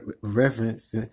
reference